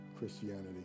Christianity